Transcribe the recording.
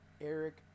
Eric